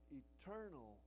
eternal